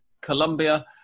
Colombia